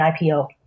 IPO